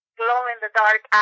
glow-in-the-dark